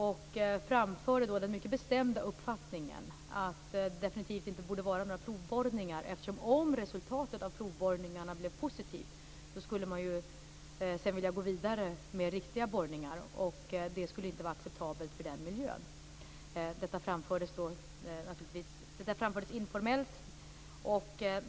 Jag framförde då den mycket bestämda uppfattningen att det definitivt inte borde göras några provborrningar, eftersom man om resultatet av provborrningarna blev positivt skulle vilja gå vidare med riktiga borrningar, och det skulle inte vara acceptabelt för den miljön. Detta framfördes informellt.